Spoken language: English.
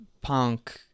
punk